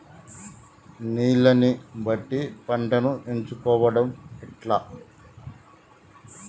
నీళ్లని బట్టి పంటను ఎంచుకోవడం ఎట్లా?